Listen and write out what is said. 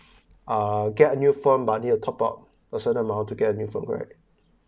uh get a new phone but need to top up a certain amount to get a phone correct